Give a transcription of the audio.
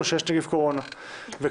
המשמעות היא שיישמט מתוך החוק התנאי של